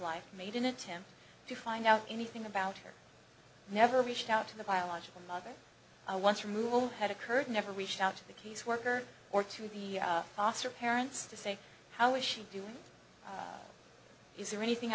life made an attempt to find out anything about her never reached out to the biological mother i once ruled had occurred never reached out to the caseworker or to the foster parents to say how is she doing is there anything